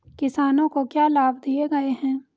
किसानों को क्या लाभ दिए गए हैं?